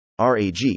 RAG